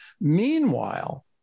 Meanwhile